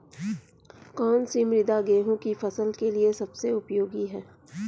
कौन सी मृदा गेहूँ की फसल के लिए सबसे उपयोगी है?